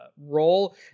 role